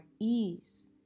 ease